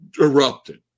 erupted